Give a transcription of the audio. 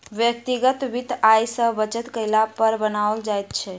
व्यक्तिगत वित्त आय सॅ बचत कयला पर बनाओल जाइत छै